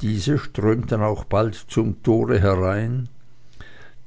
diese strömten auch bald zum tore herein